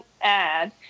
ad